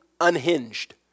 unhinged